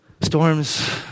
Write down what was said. Storms